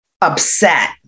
upset